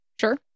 Sure